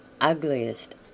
ugliest